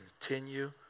continue